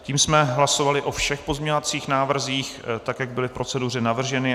Tím jsme hlasovali o všech pozměňovacích návrzích, tak jak byly v proceduře navrženy.